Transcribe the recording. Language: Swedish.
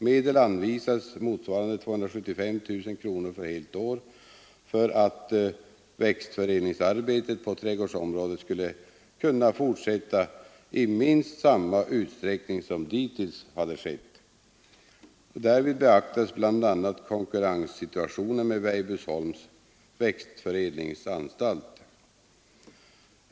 Medel anvisades, motsvarande 275 000 kronor för helt år, för att växtförädlingsarbetet på trädgårdsområdet skulle kunna fortsätta i minst samma utsträckning som dittills hade skett. Därvid beaktades bl.a. konkurrenssituationen med Weibullsholms växtförädlingsanstalt.